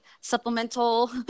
supplemental